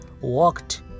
walked